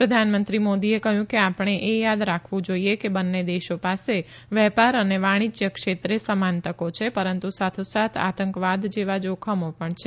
પ્રધાનમંત્રી મોદીએ કહયું કે આપણે એ થાદ રાખવું જોઇએ કે બંને દેશો પાસે વેપાર અને વાણિજય ક્ષેત્રે સમાન તકો છે પરંતુ સાથોસાથ આતંકવાદ જેવા જોખમો પણ છે